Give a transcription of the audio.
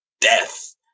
death